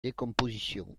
décomposition